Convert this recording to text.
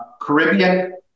Caribbean